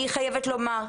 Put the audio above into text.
אני חייבת לומר,